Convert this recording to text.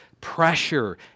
pressure